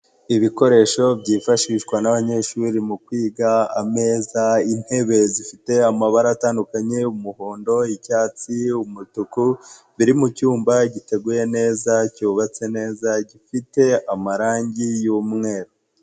Ibikoresho byifashishwa n'abanyeshuri mu kwiga, ameza, intebe zifite amabara atandukanye umuhondo, icyatsi, umutuku biri mu cyumba giteguye neza cyubatswe neza, gifite amarange y'umweru.